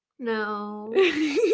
No